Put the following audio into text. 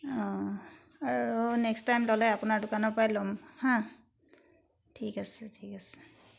আৰু next time ল'লে আপোনাৰ দোকানৰ পৰাই ল'ম হাঁ ঠিক আছে ঠিক আছে